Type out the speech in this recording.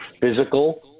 physical